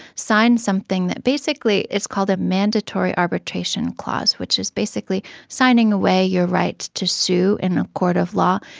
signed something that basically is called a mandatory arbitration clause, which is basically signing away your right to sue in a court of law,